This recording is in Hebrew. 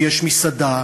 ויש מסעדה,